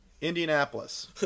Indianapolis